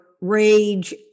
rage